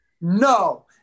No